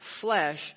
flesh